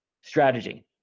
Strategy